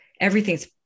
everything's